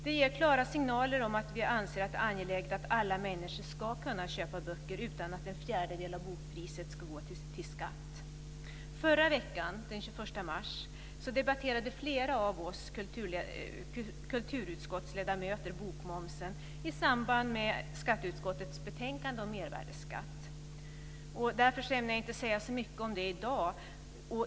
Det ger klara signaler om att vi anser att det är angeläget att alla människor ska kunna köpa böcker utan att en fjärdedel av bokpriset ska gå till skatt. Förra veckan, den 21 mars, debatterade flera av oss ledamöter från kulturutskottet bokmomsen i samband med debatten om skatteutskottets betänkande om mervärdesskatt. Därför ämnar jag inte säga så mycket om det i dag.